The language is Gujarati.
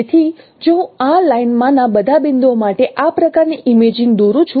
તેથી જો હું આ લાઇન માંના બધા બિંદુ માટે આ પ્રકારની ઇમેજિંગ દોરું છું